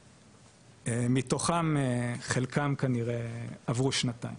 מתוכם חלקם כנראה עברו שנתיים,